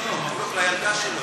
לא, מברוכ לילדה שלו.